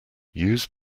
use